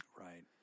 Right